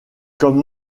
comme